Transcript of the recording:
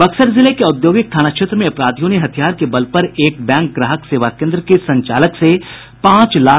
बक्सर जिले के औद्योगिक थाना क्षेत्र में अपराधियों ने हथियार के बल पर एक बैंक ग्राहक सेवा केन्द्र के संचालक से पांच लाख रूपये लूट लिये